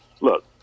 look